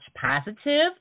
positive